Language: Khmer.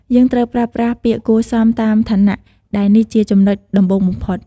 យើងត្រូវប្រើប្រាស់ពាក្យគួរសមតាមឋានៈ ដែលនេះជាចំណុចដំបូងបំផុត។